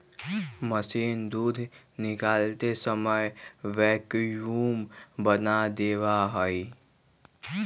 machine दूध निकालते समय वैक्यूम बना देवा हई